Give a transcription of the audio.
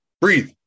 breathe